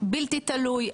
בלתי תלוי,